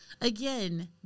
again